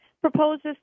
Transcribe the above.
proposes